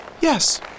Yes